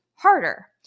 Harder